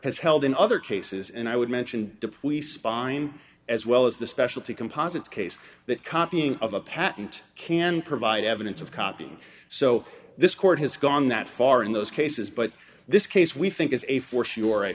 has held in other cases and i would mention the police find as well as the specialty composites case that copying of a patent can provide evidence of copying so this court has gone that far in those cases but this case we think is a for sure